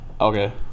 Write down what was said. Okay